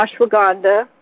ashwagandha